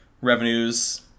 revenues